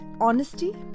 honesty